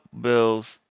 Bills